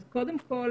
אז קודם כול,